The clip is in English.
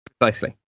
Precisely